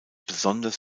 besonders